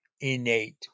innate